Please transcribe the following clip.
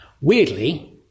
Weirdly